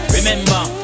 Remember